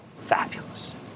Fabulous